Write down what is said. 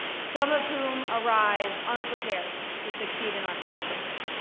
some of whom arrive unprepared to succeed in our classes.